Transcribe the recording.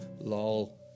Lol